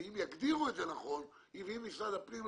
אם יגדירו את זה נכון ואם משרד הפנים לא